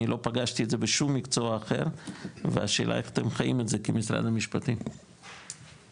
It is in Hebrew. אני לא פגשתי את זה בשום מקצוע אחר והשאלה איך משרד המשפטים מתייחס לזה,